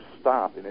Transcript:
stop